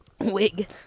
wig